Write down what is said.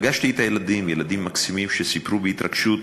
פגשתי את הילדים, ילדים מקסימים, שסיפרו בהתרגשות